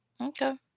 Okay